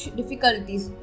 difficulties